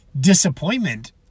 disappointment